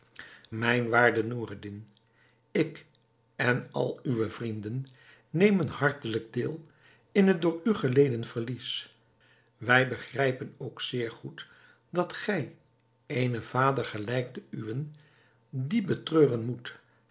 mijn waarde noureddin ik en al uwe vrienden nemen hartelijk deel in het door u geleden verlies wij begrijpen ook zeer goed dat gij eenen vader gelijk de uwe diep betreuren moet